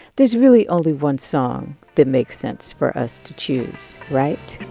there's really only one song that makes sense for us to choose, right?